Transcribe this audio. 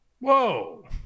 Whoa